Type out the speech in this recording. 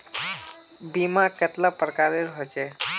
बीमा कतेला प्रकारेर होचे?